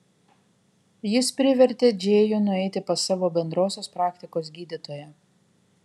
jis privertė džėjų nueiti pas savo bendrosios praktikos gydytoją